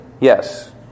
Yes